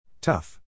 Tough